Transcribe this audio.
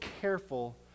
careful